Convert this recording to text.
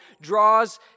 draws